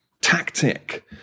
tactic